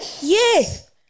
Yes